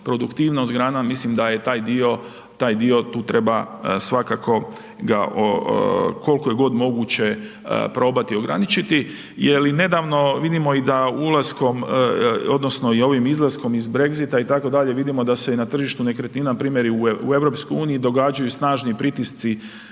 produktivnost grana, mislim da je taj dio, tu treba svakako ga koliko je god moguće probati ga ograničiti je li nedavno vidimo da i ulaskom odnosno i ovim izlaskom iz Brexita itd., vidimo da se i da tržištu nekretnina primjeri u EU događaju snažni pritisci